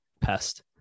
pest